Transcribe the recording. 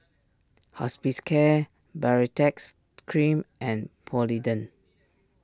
Hospicare Baritex Cream and Polident